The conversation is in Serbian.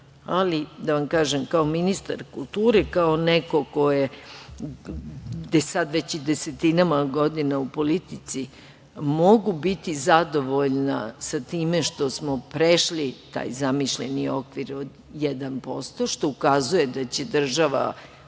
Da vam kažem, kao ministar kulture, kao neko ko je sad već desetinama godina u politici, mogu biti zadovoljna sa time što smo prešli taj zamišljeni okvir od 1%, što ukazuje da će država